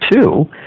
two